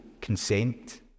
consent